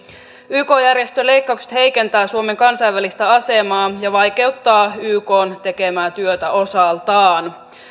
yk järjestöleikkaukset heikentävät suomen kansainvälistä asemaa ja vaikeuttavat ykn tekemää työtä osaltaan